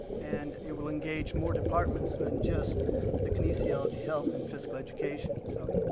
and it will engage more departments than just the kinesiology, health and physical education, so.